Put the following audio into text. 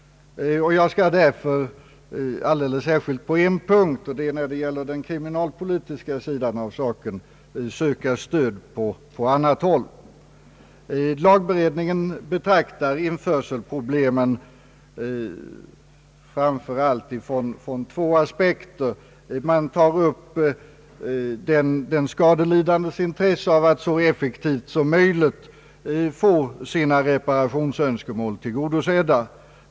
Jag skall därför, särskilt på en punkt, nämligen när det gäller den kriminalpolitiska sidan av saken, söka stöd på annat håll. Lagberedningen betraktar införselproblemen framför allt ifrån två aspekter. Den tar upp den skadelidandes intresse av att så effektivt som möjligt få sina reparationsönskemål tillgodosedda.